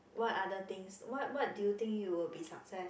what other things what what do you think you will be success